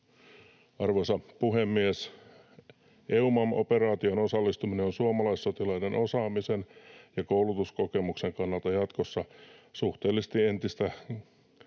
Arvoisa puhemies! EUMAM-operaatioon osallistuminen on suomalaissotilaiden osaamisen ja koulutuskokemuksen kannalta jatkossa suhteellisesti entistäkin keskeisemmässä